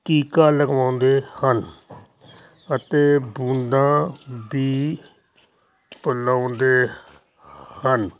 ਟੀਕਾ ਲਗਵਾਉਂਦੇ ਹਨ ਅਤੇ ਬੂੰਦਾਂ ਵੀ ਪਿਲਾਉਂਦੇ ਹਨ